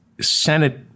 Senate